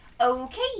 Okay